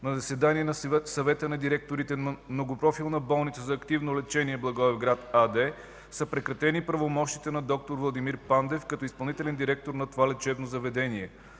на заседание на Съвета на директорите на „Многопрофилна болница за активно лечение – Благоевград” АД са прекратени правомощията на д-р Владимир Пандев като изпълнителен директор на това лечебно заведение.